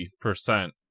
percent